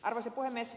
arvoisa puhemies